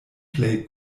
plej